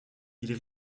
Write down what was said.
ils